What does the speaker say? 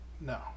No